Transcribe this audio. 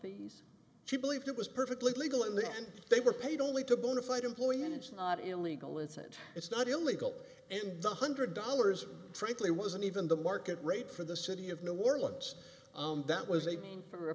fees she believed it was perfectly legal and then they were paid only to bona fide employee and it's not illegal it's it it's not illegal and the hundred dollars frankly wasn't even the market rate for the city of new orleans that was a